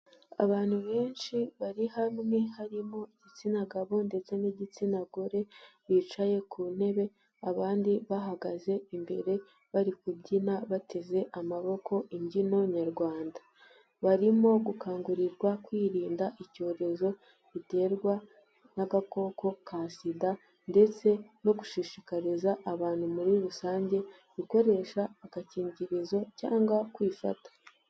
Abantu benshi bari hamwe harimo igitsina gabo ndetse n'igitsina gore, bicaye ku ntebe abandi bahagaze imbere bari kubyina bateze amaboko imbyino nyarwanda. Barimo gukangurirwa kwirinda icyorezo giterwa n'agakoko ka SIDA ndetse no gushishikariza abantu muri rusange gukoresha agakingirizo cyangwa kwifata.